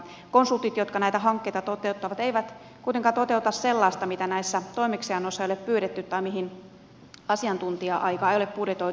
konsultit jotka näitä hankkeita toteuttavat eivät kuitenkaan toteuta sellaista mitä näissä toimeksiannoissa ei ole pyydetty tai mihin asiantuntija aikaa ei ole budjetoitu